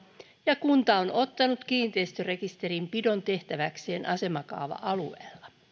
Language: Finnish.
ja kunta on ottanut kiinteistörekisterinpidon tehtäväkseen asemakaava alueella